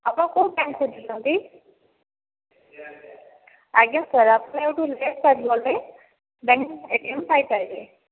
ଆପଣ କେଉଁ ବ୍ୟାଙ୍କ ଖୋଜୁଛନ୍ତି ଆଜ୍ଞା ସାର୍ ଆପଣ ଏହିଠୁ ଲେଫ୍ଟ ସାଇଡ଼୍ ଗଲେ ବ୍ୟାଙ୍କ ଏ ଟି ଏମ୍ ପାଇପାରିବେ